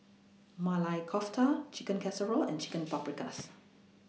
Maili Kofta Chicken Casserole and Chicken Paprikas